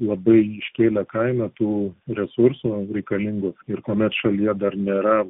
labai iškėlė kainą tų resursų reikalingų ir kuomet šalyje dar nėra